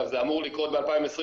אגב זה אמור לקרות ב-2025,